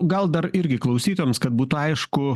gal dar irgi klausytojams kad būtų aišku